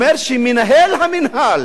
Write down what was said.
הוא אומר שמנהל המינהל